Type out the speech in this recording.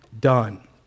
done